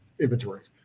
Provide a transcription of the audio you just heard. inventories